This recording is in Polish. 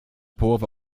połowa